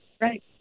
Right